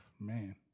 Man